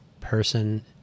person